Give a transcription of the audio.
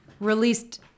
released